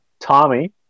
Tommy